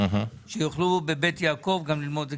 שיוכלו בבית יעקב גם ללמוד.